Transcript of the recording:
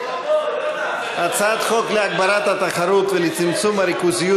הצעת חוק להגברת התחרות ולצמצום הריכוזיות